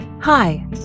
Hi